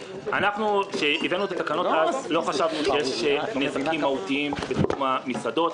כאשר הבאנו את התקנות אז לא חשבנו שיש נזקים מהותיים בתחום המסעדות.